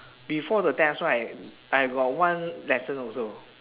before the test right I got one lesson also